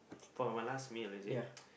for my last meal is it